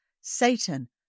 Satan